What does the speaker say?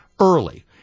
early